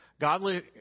Godly